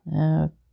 Okay